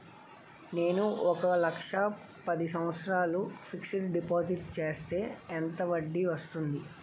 నేను ఒక లక్ష పది సంవత్సారాలు ఫిక్సడ్ డిపాజిట్ చేస్తే ఎంత వడ్డీ వస్తుంది?